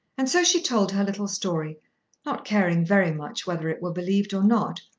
and so she told her little story not caring very much whether it were believed or not,